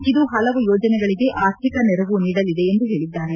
ಇದು ಹಲವು ಯೋಜನೆಗಳಿಗೆ ಆರ್ಥಿಕ ನೆರವು ನೀಡಲಿದೆ ಎಂದು ಹೇಳಿದ್ದಾರೆ